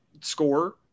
score